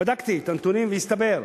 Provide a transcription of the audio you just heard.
בדקתי את הנתונים, והסתבר,